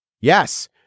Yes